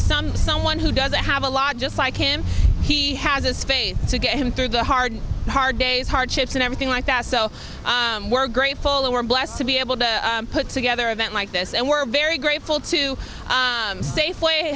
some someone who doesn't have a lot just like him he has a space to get him through the hard hard days hardships and everything like that so we're grateful that we're blessed to be able to put together event like this and we're very grateful to safeway